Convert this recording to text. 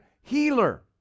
healer